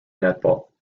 netball